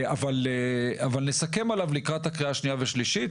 אבל נסכם עליו לקראת הקריאה השנייה והשלישית,